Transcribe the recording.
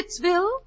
Pittsville